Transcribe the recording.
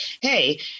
hey